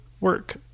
work